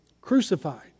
crucified